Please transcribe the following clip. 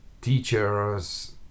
teachers